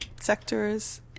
sectors